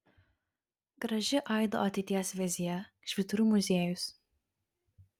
graži aido ateities vizija švyturių muziejus